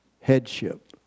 headship